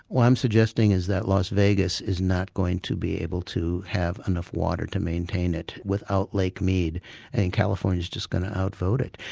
what i'm suggesting is that las vegas is not going to be able to have enough water to maintain it without lake mead and california is just going to outvote it.